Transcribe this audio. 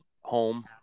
home